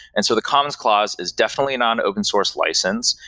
and so the commons clause is definitely not an open source license,